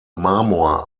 marmor